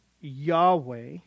Yahweh